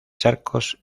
charcos